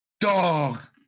dog